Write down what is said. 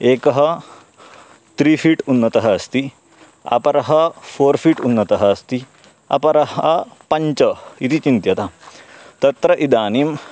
एकः three feet उन्नतः अस्ति अपरः फ़ोर् फ़ीट् उन्नतः अस्ति अपरः पञ्च इति चिन्त्यतां तत्र इदानीम्